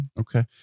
Okay